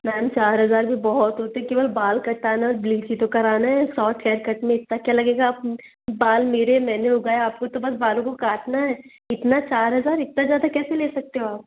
ma'am चार हज़ार भी बहुत होते केवल बाल कटाना और ब्लीच ही तो कराना है सॉर्ट हेयर कट में इतना क्या लगेगा आप बाल मेरे मैंने उगाए आपको तो बस बालों को काटना है इतना चार हज़ार इतना ज़्यादा कैसे ले सकते हो आप